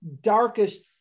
darkest